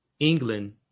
England